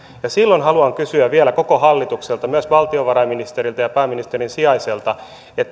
ja silloin haluan kysyä vielä koko hallitukselta myös valtiovarainministeriltä ja pääministerin sijaiselta